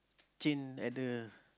change at the